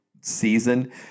season